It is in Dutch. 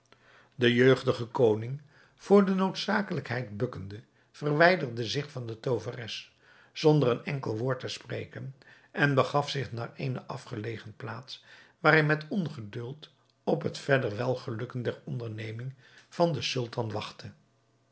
de jeugdige koning voor de noodzakelijkheid bukkende verwijderde zich van de tooveres zonder een enkel woord te spreken en begaf zich naar eene afgelegen plaats waar hij met ongeduld op het verder welgelukken der onderneming van den sultan wachtte